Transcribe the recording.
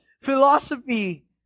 philosophy